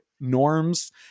norms